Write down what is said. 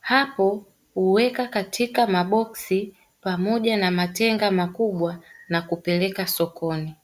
hapo huweka katika maboksi pamoja na matenga makubwa na kupeleka sokoni.